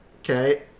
Okay